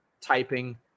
typing